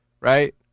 right